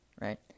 right